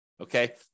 okay